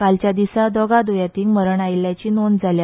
कालच्या दिसा दोगा द्रयेंतींक मरण आयिल्ल्याची नोंद जाल्या